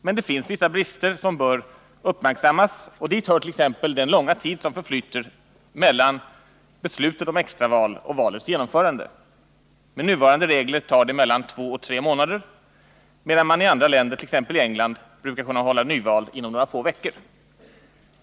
Men det finns vissa brister som bör uppmärksammas, och dit hör den långa tid som förflyter mellan beslutet om extraval och valets genomförande. Med nuvarande regler tar det mellan två och tre månader, medan man i andra länder, t.ex. i England, brukar kunna hålla nyval inom några få veckor.